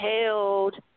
held